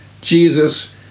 Jesus